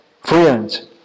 friends